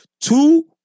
Two